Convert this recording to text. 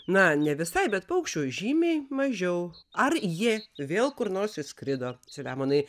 na ne visai bet paukščių žymiai mažiau ar jie vėl kur nors išskrido saliamonai